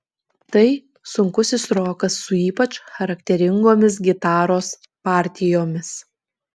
tai sunkusis rokas su ypač charakteringomis gitaros partijomis